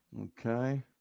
Okay